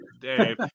Dave